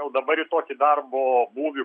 jau dabar į tokį darbo būvį